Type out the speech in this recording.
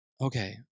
Okay